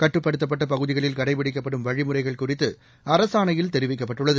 கட்டுப்படுத்தப்பட்டபகுதிகளில் கடைப்பிடிக்கப்படும் வழிமுறைகள் குறித்துஅரசாணையில் தெரிவிக்கப்பட்டுள்ளது